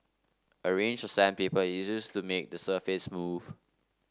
a range of sandpaper is used to make the surface smooth